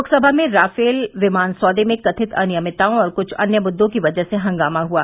लोकसभा में राफेल विमान सौदे में कथित अनियमितताओं और कुछ अन्य मुद्दों की वजह से हंगामा हुआ